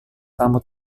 kamu